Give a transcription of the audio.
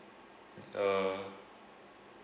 uh